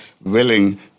willing